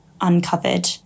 uncovered